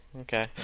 Okay